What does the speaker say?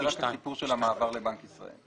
זה רק הסיפור של המעבר לבנק ישראל.